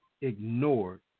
ignored